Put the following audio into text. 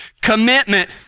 commitment